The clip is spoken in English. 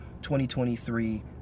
2023